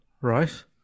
right